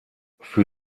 für